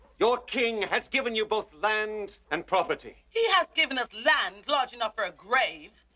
your king has given you both land and property. he has given us land large enough for a grave.